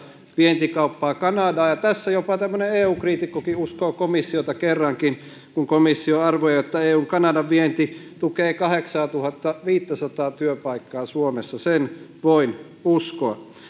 vientikauppaa kanadaan ja tässä jopa tämmöinen eu kriitikkokin uskoo komissiota kerrankin kun komissio arvioi että eun kanadan vienti tukee kahdeksaatuhattaviittäsataa työpaikkaa suomessa sen voin uskoa vapaakauppa